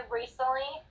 recently